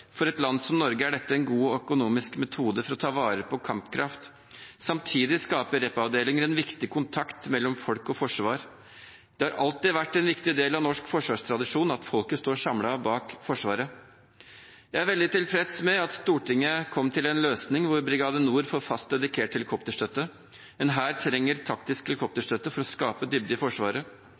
For et land som Norge er dette en god og økonomisk metode for å ta vare på kampkraft. Samtidig skaper rep-avdelinger en viktig kontakt mellom folk og forsvar. Det har alltid vært en viktig del av norsk forsvarstradisjon at folket står samlet bak Forsvaret. Jeg er veldig tilfreds med at Stortinget kom til en løsning hvor Brigade Nord får fast dedikert helikopterstøtte. En hær trenger taktisk helikopterstøtte for å skape dybde i forsvaret.